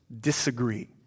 disagree